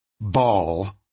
ball